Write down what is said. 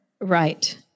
Right